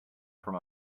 from